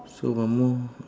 so one more